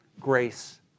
grace